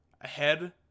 ahead